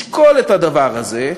לשקול את הדבר הזה,